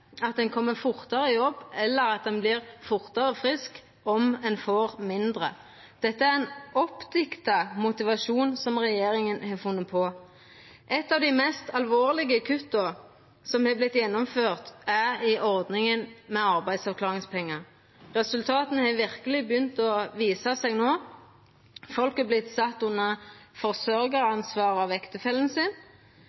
at ein kjem fortare i jobb eller at ein vert fortare frisk om ein får mindre. Dette er ein oppdikta motivasjon, som regjeringa har funne på. Eit av dei mest alvorlege kutta som er gjennomført, er i ordninga med arbeidsavklaringspengar. Resultata har verkeleg begynt å visa seg no. Folk har vorte sett under forsørgjaransvar av ektefellen sin. Dei er overførte til kommunane sine sosialbudsjett, og